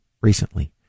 recently